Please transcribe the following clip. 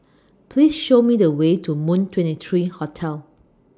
Please Show Me The Way to Moon twenty three Hotel